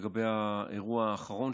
לגבי האירוע האחרון,